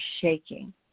shaking